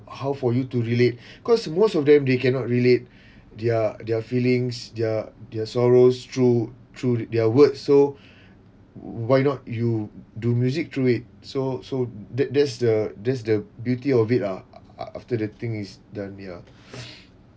how for you to relate cause most of them they cannot relate their their feelings their their sorrows through through their words so why not you do music through it so so that that's the that's the beauty of it ah a~ after the thing is done ya